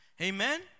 Amen